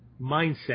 mindset